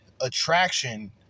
attraction